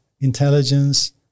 intelligence